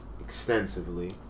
extensively